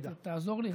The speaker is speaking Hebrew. תעזור לי.